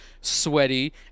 sweaty